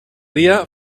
dia